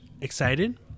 excited